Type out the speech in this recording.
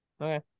Okay